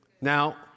Now